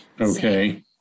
Okay